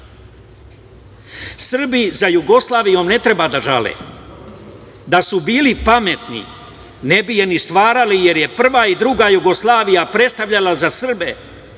za Jugoslavijom ne treba da žale. Da su bili pametni, ne bi je ni stvarali, jer je prva i druga Jugoslavija predstavljala za Srbe